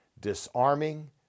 Disarming